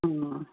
ꯎꯝ